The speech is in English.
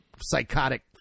psychotic